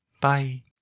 Bye